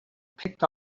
picked